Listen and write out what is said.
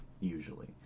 usually